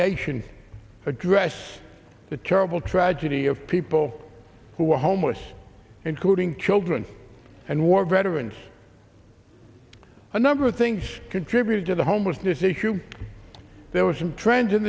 nation address the charcoal tragedy of people who are homeless including children and war veterans a number of things contributed to the homelessness issue there were some trends in